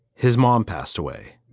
his mom passed away